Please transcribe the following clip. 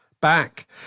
Back